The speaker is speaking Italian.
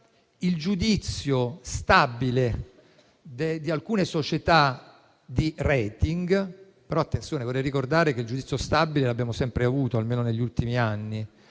il giudizio stabile di alcune società di rating. Vorrei, però, ricordare che il giudizio stabile lo abbiamo sempre avuto, almeno negli ultimi anni,